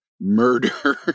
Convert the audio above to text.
murder